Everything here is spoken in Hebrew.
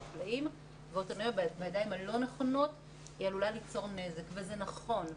פלאים ואוטונומיה בידיים הלא נכונות עלולה ליצור נזק וזה נכון.